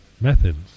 methods